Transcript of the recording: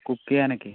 cook ചെയ്യാനൊക്കെ